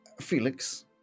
Felix